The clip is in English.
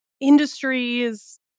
industries